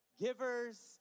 givers